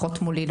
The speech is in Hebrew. לפחות מולי,